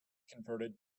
converted